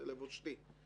זה לבושתי.